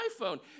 iPhone